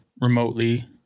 remotely